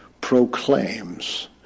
proclaims